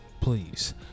Please